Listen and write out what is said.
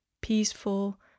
peaceful